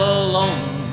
alone